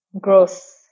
growth